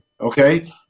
Okay